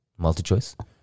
MultiChoice